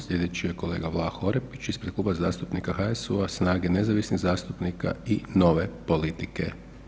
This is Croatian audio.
Sljedeći je kolega Vlaho Orepić ispred Kluba zastupnika HSU-SNAGA-Nezavisnih zastupnika i Nove politike.